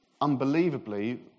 unbelievably